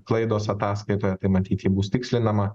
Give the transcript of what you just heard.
klaidos ataskaitoje tai matyt ji bus tikslinama